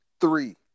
three